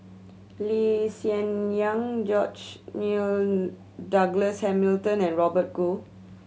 Lee Hsien Yang George Nigel Douglas Hamilton and Robert Goh